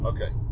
Okay